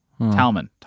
Talman